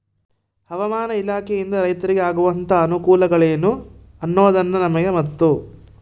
ಹವಾಮಾನ ಇಲಾಖೆಯಿಂದ ರೈತರಿಗೆ ಆಗುವಂತಹ ಅನುಕೂಲಗಳೇನು ಅನ್ನೋದನ್ನ ನಮಗೆ ಮತ್ತು?